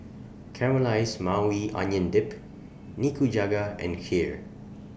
Caramelized Maui Onion Dip Nikujaga and Kheer